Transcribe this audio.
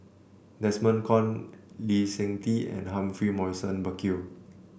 Desmond Kon Lee Seng Tee and Humphrey Morrison Burkill